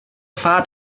فتح